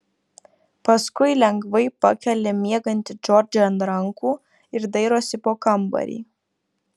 paskui lengvai pakelia miegantį džordžą ant rankų ir dairosi po kambarį